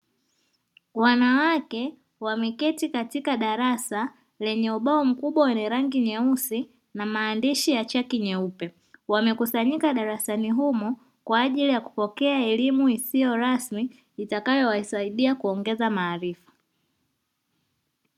Wanawake wameketi katika darasa lenye ubao mkubwa wenye rangi nyeusi na maandishi ya chaki nyeupe wamekusanyika darasani humo kwa ajili ya kupokea elimu isiyorasmi itakayowasaidia kuongeza maarifa.